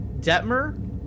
Detmer